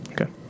Okay